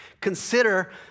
Consider